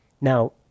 Now